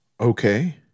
Okay